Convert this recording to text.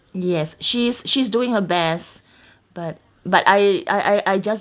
yes she's she's doing her best but but I I I I just